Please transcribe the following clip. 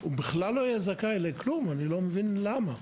הוא בכלל לא יהיה זכאי לכלום, ואני לא מבין למה.